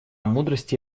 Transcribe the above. мудрости